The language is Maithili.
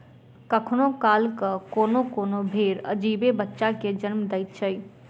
कखनो काल क कोनो कोनो भेंड़ अजीबे बच्चा के जन्म दैत छै